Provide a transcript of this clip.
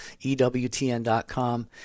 EWTN.com